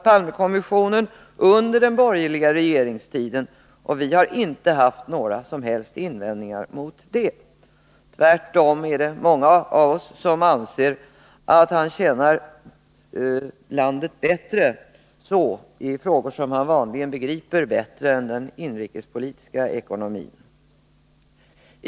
Palmekommissionen under den borgerliga regeringstiden, och vi har inte haft några som helst invändningar mot det. Tvärtom är det många av oss som anser att han tjänar landet bättre så, i frågor som han vanligen begriper bättre än den inrikespolitiska ekonomin.